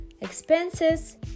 expenses